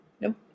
Nope